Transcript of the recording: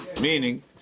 Meaning